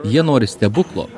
jie nori stebuklo